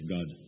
God